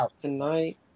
tonight